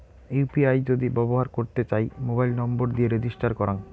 UPI যদি ব্যবহর করতে চাই, মোবাইল নম্বর দিয়ে রেজিস্টার করাং